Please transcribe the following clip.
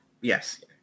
yes